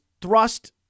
thrust